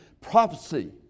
prophecy